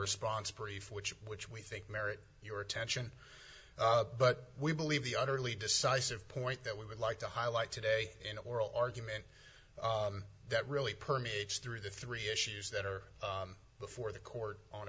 response brief which which we think merit your attention but we believe the utterly decisive point that we would like to highlight today in an oral argument that really permeates through the three issues that are before the court on